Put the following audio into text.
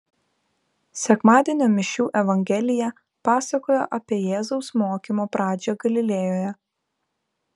sekmadienio mišių evangelija pasakojo apie jėzaus mokymo pradžią galilėjoje